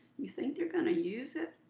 you think they're going to use it?